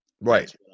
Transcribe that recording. Right